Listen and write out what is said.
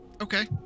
Okay